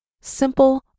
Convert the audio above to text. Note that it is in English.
Simple